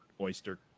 oyster